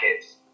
kids